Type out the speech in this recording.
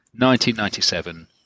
1997